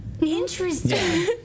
Interesting